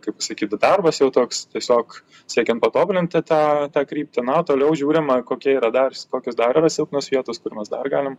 kaip pasakyt darbas jau toks tiesiog siekiant patobulinti tą tą kryptį na o toliau žiūrima kokie yra dars kokios dar yra silpnos vietos kur mes dar galim